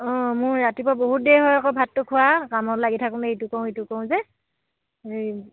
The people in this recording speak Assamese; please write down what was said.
অঁ মোৰ ৰাতিপুৱা বহুত দেৰি হয় আকৌ ভাতটো খোৱা কামত লাগি থাকোঁ নে ইটো কৰো সিটো কৰো যে এই